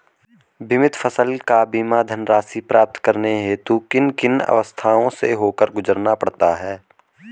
बीमित फसल का बीमा धनराशि प्राप्त करने हेतु किन किन अवस्थाओं से होकर गुजरना पड़ता है?